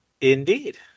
Indeed